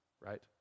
right